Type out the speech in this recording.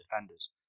defenders